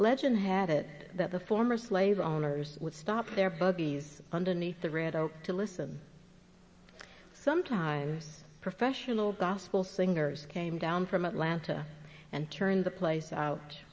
legin had it that the former slave owners would stop their buggies underneath the red oak to listen sometimes professional gospel singers came down from atlanta and turned the place out